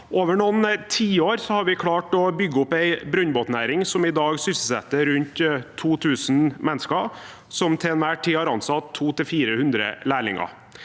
Over noen tiår har vi klart å bygge opp en brønnbåtnæring som i dag sysselsetter rundt 2 000 mennesker, og som til enhver tid har ansatt 200 til 400 lærlinger.